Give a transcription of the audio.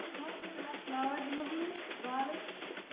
possible to have flowers in the room? violets?